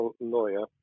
lawyer